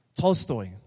Tolstoy